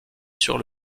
sur